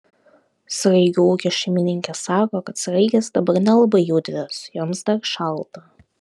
sraigių ūkio šeimininkė sako kad sraigės dabar nelabai judrios joms dar šalta